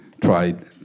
tried